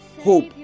hope